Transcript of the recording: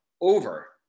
over